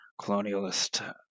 colonialist